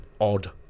Odd